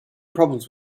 problems